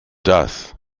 das